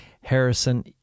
Harrison